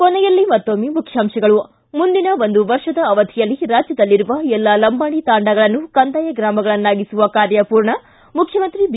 ಕೊನೆಯಲ್ಲಿ ಮತ್ತೊಮ್ಮೆ ಮುಖ್ಯಾಂಶಗಳು ಿ ಮುಂದಿನ ಒಂದು ವರ್ಷದ ಅವಧಿಯಲ್ಲಿ ರಾಜ್ಯದಲ್ಲಿರುವ ಎಲ್ಲಾ ಲಂಬಾಣಿ ತಾಂಡಗಳನ್ನು ಕಂದಾಯ ಗ್ರಾಮಗಳನ್ನಾಗಿಸುವ ಕಾರ್ಯ ಪೂರ್ಣ ಮುಖ್ಚಮಂತ್ರಿ ಬಿ